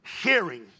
Hearing